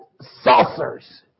saucers